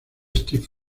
steven